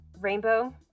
Rainbow